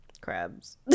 crabs